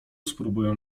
spróbuję